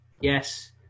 yes